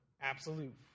absolute